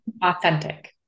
Authentic